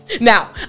Now